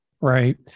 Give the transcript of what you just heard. Right